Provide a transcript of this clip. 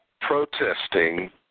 protesting